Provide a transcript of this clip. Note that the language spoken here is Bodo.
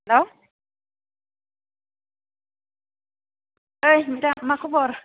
हेल्ल' ओइ नोंथां मा खबर